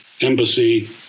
embassy